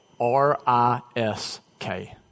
R-I-S-K